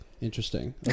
Interesting